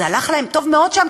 הלך להם טוב מאוד שם,